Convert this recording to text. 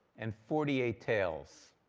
and forty eight tails.